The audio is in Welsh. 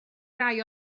rai